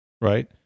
right